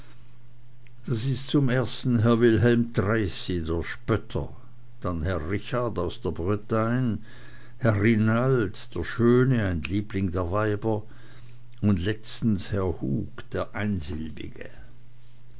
das ist zum ersten herr wilhelm tracy der spötter dann herr richard aus der bretagne herr rinald der schöne ein liebling der weiber und letztens herr hug der einsilbige